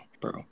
bro